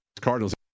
Cardinals